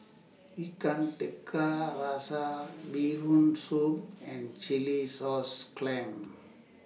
Ikan Tiga Rasa Bee Hoon Soup and Chilli Sauce Clams